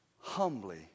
humbly